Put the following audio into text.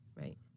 Right